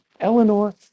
eleanor